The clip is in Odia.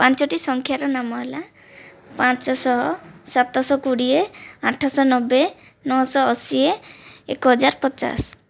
ପାଞ୍ଚଟି ସଂଖ୍ୟାର ନାମ ହେଲା ପାଞ୍ଚଶହ ସାତଶହ କୋଡ଼ିଏ ଆଠଶହ ନବେ ନଅଶହ ଅଶି ଏକହଜାର ପଚାଶ